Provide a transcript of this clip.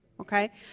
okay